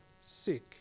sick